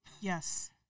Yes